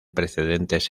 precedentes